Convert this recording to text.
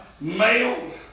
Male